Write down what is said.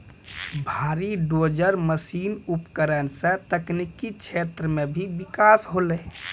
भारी dozer machine उपकरण सें तकनीकी क्षेत्र म भी बिकास होलय